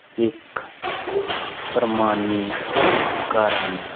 ਇੱਕ ਪ੍ਰਮਾਨੀਕਰਨ